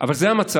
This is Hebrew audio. אבל זה המצב,